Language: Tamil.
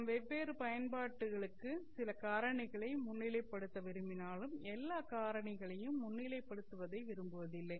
நாம் பல்வேறு பயன்பாடுகளுக்கு சில காரணிகளை முன்னிலைப்படுத்த விரும்பினாலும் எல்லா காரணிகளையும்முன்னிலைப்படுத்துவதை விரும்புவதில்லை